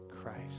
Christ